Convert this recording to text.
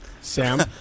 Sam